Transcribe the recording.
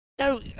No